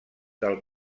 del